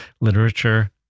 Literature